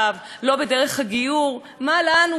מה לנו ולמדינת ישראל?